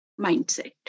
mindset